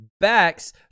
backs